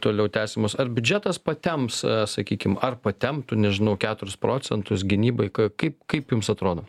toliau tęsiamos ar biudžetas patemps sakykim ar patemptų nežinau keturis procentus gynybai kaip kaip jums atrodo